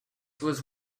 was